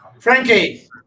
frankie